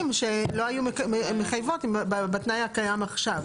שלא היו מחייבות בתנאי הקיים עכשיו.